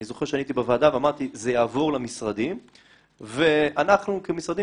אני זוכר שאני הייתי בוועדה ואמרתי: זה יעבור למשרדים ואנחנו כמשרדים